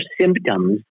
symptoms